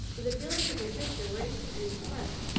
but the feelings of her sister were instantly expressed.